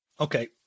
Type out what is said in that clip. Okay